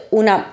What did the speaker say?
una